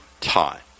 time